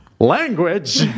language